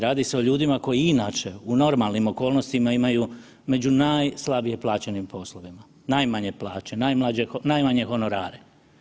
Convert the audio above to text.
Radi se o ljudima koji inače u normalnim okolnostima imaju, među najslabije plaćenim poslovima, najmanje plaće, najmanje honorare.